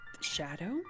shadow